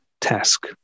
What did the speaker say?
task